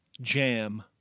jam